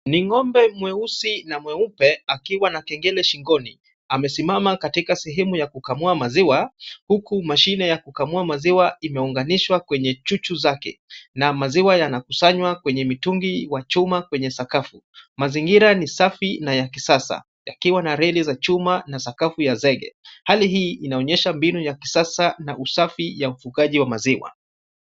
Ni ng'ombe mweusi na mweupe akiwa na kengele shingoni amesimama katika sehemu ya kukamua maziwa huku mashine ya kukamua maziwa imeunganishwa kwenye chuchu zake na maziwa yanakusanywa kwenye mitungi wa chuma kwenye sakafu. Mazingira ni safi na ya kisasa yakiwa na reli za chuma na sakafu ya zege. Hali hii inaonyesha mbinu ya kisasa na usafi ya ufugaji wa maziwa.